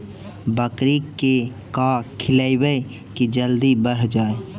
बकरी के का खिलैबै कि जल्दी बढ़ जाए?